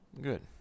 Good